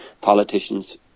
politicians